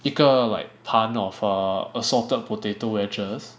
一个 like 盘 of err assorted potato wedges